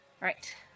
Right